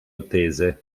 attese